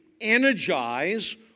energize